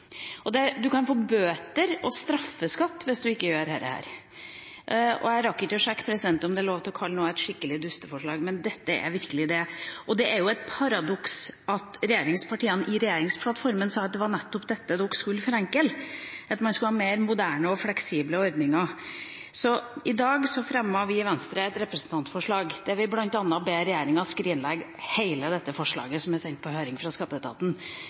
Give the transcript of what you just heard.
kan få bøter og straffeskatt hvis man ikke gjør dette. Jeg rakk ikke å sjekke, president, om det er lov til å kalle noe et skikkelig dusteforslag, men dette er virkelig det. Det er et paradoks at regjeringspartiene i regjeringsplattformen sa at det var nettopp dette de skulle forenkle, og at man skulle ha mer moderne og fleksible ordninger. I dag fremmet vi i Venstre et representantforslag, der vi bl.a. ber regjeringa skrinlegge hele dette forslaget, som er sendt på høring fra skatteetaten.